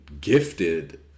gifted